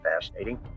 fascinating